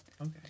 okay